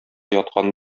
яткан